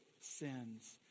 sins